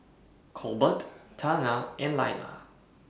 Colbert Tana and Laila